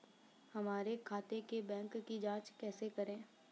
हमारे खाते के बैंक की जाँच कैसे करें?